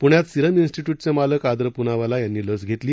पुण्यात सिरम स्टिट्यूटचे मालक आदर पुनावाला यांनी लस घेतली